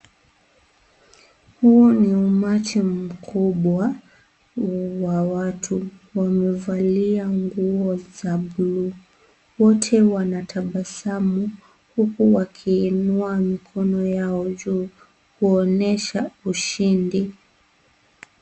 Huu ni umati mkubwa wa watu wamevalia nguo za bluu wote wanatabasamu huku wakiinua mikono yao juu kuonyesha ushindi.